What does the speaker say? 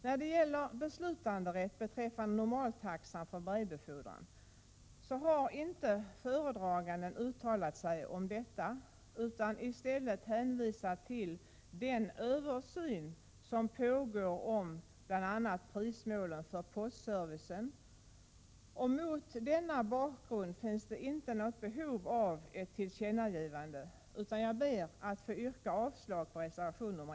När det gäller beslutanderätt beträffande normaltaxan för brevbefordran har inte föredraganden uttalat sig om detta, utan i stället hänvisat till den översyn som pågår om bl.a. prismålen för postservicen, och mot denna bakgrund finns det inte något behov av ett tillkännagivande, utan jag ber att få yrka avslag på reservation nr 1.